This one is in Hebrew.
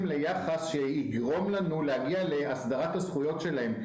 ליחס שיגרום לנו להגיע להסדרת הזכויות שלהם.